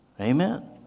Amen